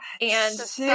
and-